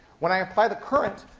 when i apply the current,